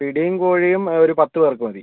പിടീം കോഴീം ഒരു പത്ത് പേർക്ക് മതി